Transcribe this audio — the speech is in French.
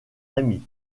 ami